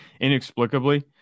inexplicably